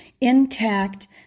intact